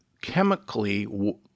chemically